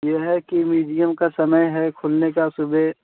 यह है कि म्यूजियम का समय है खुलने का सुबह